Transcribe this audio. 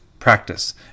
practice